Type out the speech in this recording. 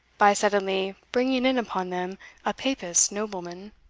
by suddenly bringing in upon them a papist nobleman.